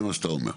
זה מה שאתה אומר.